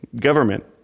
government